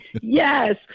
yes